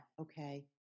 okay